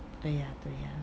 对 ah 对 ah